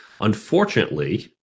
Unfortunately